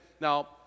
Now